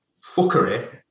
fuckery